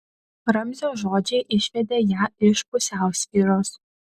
ramzio žodžiai išvedė ją iš pusiausvyros